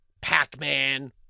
Pac-Man